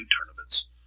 tournaments